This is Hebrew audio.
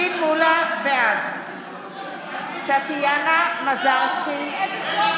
בעד טטיאנה מזרסקי, נגד איזה ג'וב?